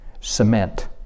cement